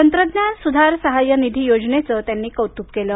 तंत्रज्ञान सुधार साहाय्य निधी योजनेचं त्यांनी कौतुक केलं